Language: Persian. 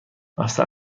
مفصل